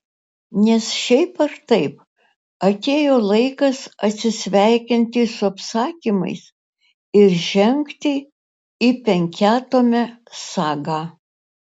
nes šiaip ar taip atėjo laikas atsisveikinti su apsakymais ir žengti į penkiatomę sagą